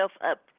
up